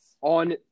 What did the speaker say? on